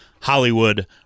Hollywood